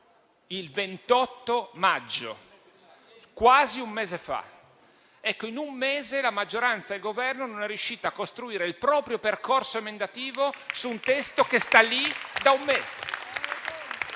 il 28 maggio, quasi un mese fa. La maggioranza e il Governo non sono riusciti a costruire il loro percorso emendativo su un testo che stava lì da un mese